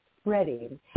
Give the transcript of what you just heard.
spreading